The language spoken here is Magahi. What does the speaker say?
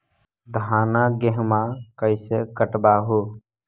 धाना, गेहुमा कैसे कटबा हू?